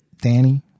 Danny